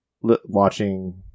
Watching